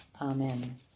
Amen